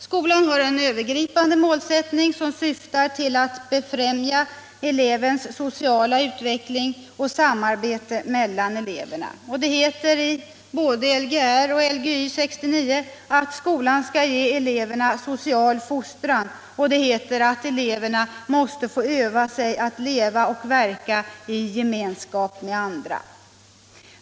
Skolan har en övergripande målsättning som syftar till att befrämja elevens sociala utveckling och samarbete mellan eleverna. Det heter både i Lgr och i Lgy 69 att skolan skall ge eleverna social fostran, och det heter att eleverna ”måste få öva sig leva och verka i gemenskap med andra ---".